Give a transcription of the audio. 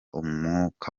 umwuka